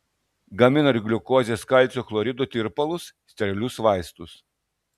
gamina ir gliukozės kalcio chlorido tirpalus sterilius vaistus